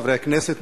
חברי הכנסת,